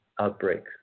outbreak